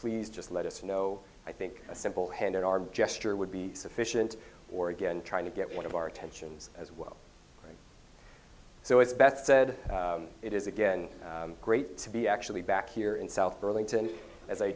please just let us know i think a simple hand in our gesture would be sufficient or again trying to get one of our attentions as well so it's best said it is again great to be actually back here in south burlington as i